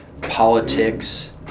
politics